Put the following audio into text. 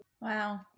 wow